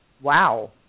Wow